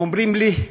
הם אומרים לי,